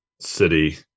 city